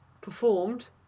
performed